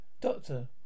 Doctor